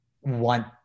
want